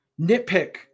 nitpick